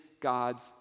God's